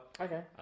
Okay